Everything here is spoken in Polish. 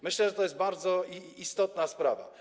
Myślę, że to jest bardzo istotna sprawa.